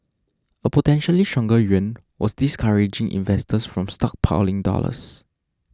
a potentially stronger yuan was discouraging investors from stockpiling dollars